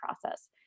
process